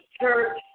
Church